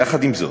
יחד עם זאת,